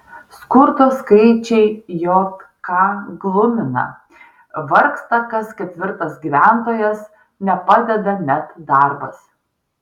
skurdo skaičiai jk glumina vargsta kas ketvirtas gyventojas nepadeda net darbas